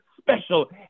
special